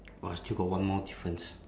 !wah! still got one more difference